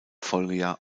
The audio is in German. folgejahr